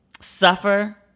suffer